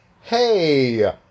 Hey